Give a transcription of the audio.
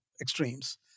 extremes